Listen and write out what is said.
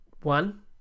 One